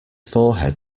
forehead